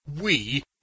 We